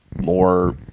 more